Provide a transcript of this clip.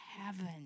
heaven